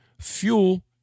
fuel